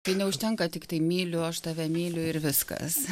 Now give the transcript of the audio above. tai neužtenka tiktai myliu aš tave myliu ir viskas